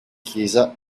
chiesa